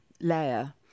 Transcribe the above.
layer